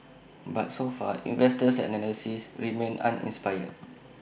but so far investors and analysts remain uninspired